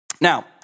Now